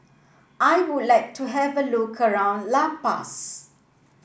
I would like to have a look around La Paz